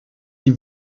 die